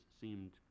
seemed